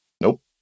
Nope